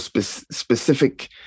specific